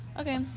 Okay